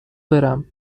برم